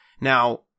Now